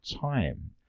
Time